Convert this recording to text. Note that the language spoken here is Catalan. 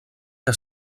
que